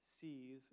sees